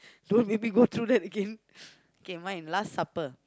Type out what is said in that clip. don't make me go through that again k mine last supper